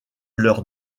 leur